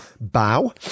bow